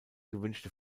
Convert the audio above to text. gewünschte